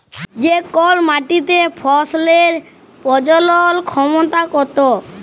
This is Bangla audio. যে কল মাটিতে ফসলের প্রজলল ক্ষমতা কত